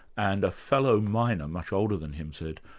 and a fellow miner, much older than him said,